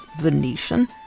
venetian